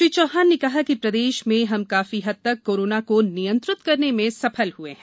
श्री चौहान ने कहा कि प्रदेश में हम काफी हद तक कोरोना को नियंत्रित करने में सफल रहे हैं